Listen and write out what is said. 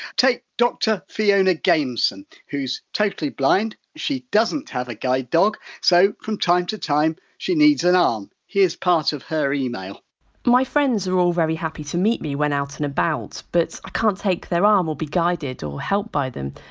take dr fiona gameson, who's totally blind, she doesn't have a guide dog, so, from time to time, she needs an arm. um here's part of her email my friends are all very happy to meet me, when out and about, but i ah can't take their arm or be guided or helped by them.